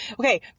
Okay